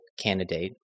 candidate